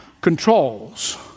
controls